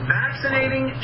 vaccinating